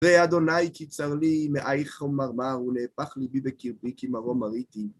ראה אדוניי כי צר לי, מעי חמרמרו, נהפך ליבי בקרבי, כי מרו מריתי.